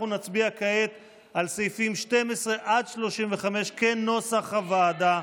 אנחנו נצביע כעת על סעיפים 12 35 כנוסח הוועדה.